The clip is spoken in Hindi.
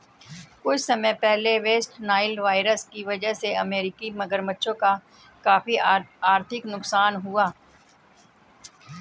कुछ समय पहले वेस्ट नाइल वायरस की वजह से अमेरिकी मगरमच्छों का काफी आर्थिक नुकसान हुआ